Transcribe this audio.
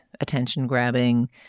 attention-grabbing